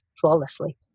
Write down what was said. flawlessly